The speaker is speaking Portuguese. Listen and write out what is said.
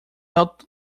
alto